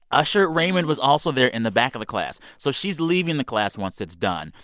usher raymond was also there in the back of the class. so she's leaving the class once it's done.